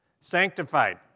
Sanctified